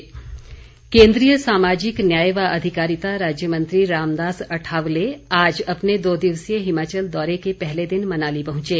अठावले केंद्रीय सामाजिक न्याय व अधिकारिता राज्य मंत्री रामदास अठावले आज अपने दो दिवसीय हिमाचल दौरे के पहले दिन मनाली पहुंचे